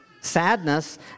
sadness